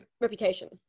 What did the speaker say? reputation